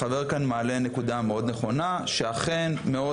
החבר כאן מעלה נקודה מאוד נכונה שאכן מאוד